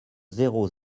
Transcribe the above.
zéro